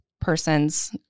person's